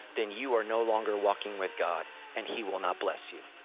then you are no longer walking with god and he will not bless you.